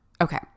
Okay